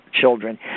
children